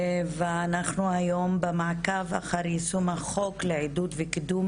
אנחנו היום במעקב אחר יישום החוק לעידוד וקידום